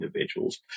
Individuals